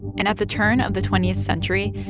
and at the turn of the twentieth century,